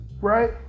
right